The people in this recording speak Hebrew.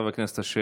חבר הכנסת אשר.